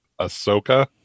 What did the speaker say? Ahsoka